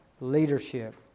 leadership